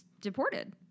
deported